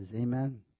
Amen